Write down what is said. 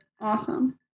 Awesome